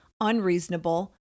unreasonable